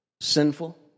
sinful